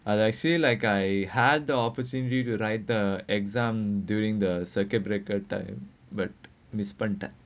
I like say like I had the opportunity to write the exam during the circuit breaker time but misconduct